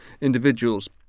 individuals